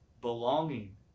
belonging